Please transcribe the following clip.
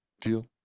deal